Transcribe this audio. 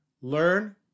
learn